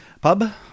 Pub